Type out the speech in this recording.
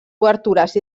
obertures